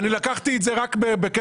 לקחתי את זה רק בקטע.